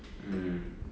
mm